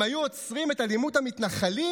אם היו עוצרים את אלימות המתנחלים,